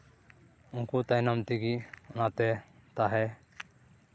ᱩᱱᱠᱩ ᱛᱟᱭᱱᱚᱢ ᱛᱮᱜᱮ ᱚᱱᱟᱛᱮ ᱛᱟᱦᱮᱸ